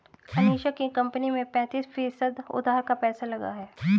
अनीशा की कंपनी में पैंतीस फीसद उधार का पैसा लगा है